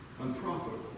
Unprofitable